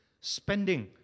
spending